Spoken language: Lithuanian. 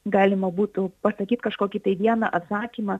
galima būtų pasakyt kažkokį tai vieną atsakymą